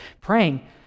praying